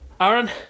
Aaron